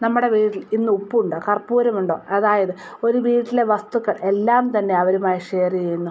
നമ്മുടെ വീട്ടിൽ ഇന്ന് ഉപ്പുണ്ടോ കർപ്പൂരമുണ്ടോ അതായത് ഒരു വീട്ടിലെ വസ്തുക്കൾ എല്ലാം തന്നെ അവരുമായി ഷെയറെയ്യുന്നു